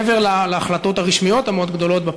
מעבר להחלטות הרשמיות המאוד-גדולות,